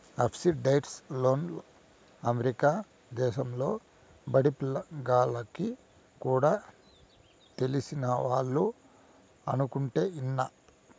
subsidised లోన్లు America దేశంలో బడిపిల్ల గాల్లకి కూడా తెలిసినవాళ్లు అనుకుంటుంటే ఇన్నా